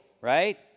right